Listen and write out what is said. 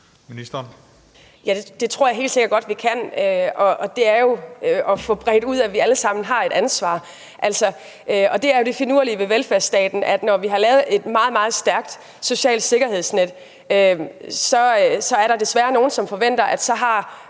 det tror jeg helt sikkert godt vi kan, og det er jo ved at få bredt ud, at vi alle sammen har et ansvar. Det er jo det finurlige ved velfærdsstaten, at fordi vi har lavet et meget, meget stærkt socialt sikkerhedsnet, er der desværre nogle, som forventer, at man